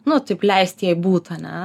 nu taip leist jai būta ne